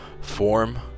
form